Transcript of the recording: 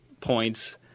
points